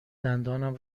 دندانم